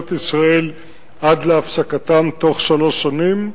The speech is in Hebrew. ישראל עד להפסקת הצבתם תוך שלוש שנים.